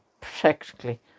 practically